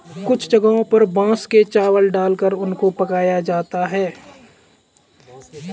कुछ जगहों पर बांस में चावल डालकर उनको पकाया जाता है